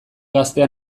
gaztea